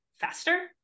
faster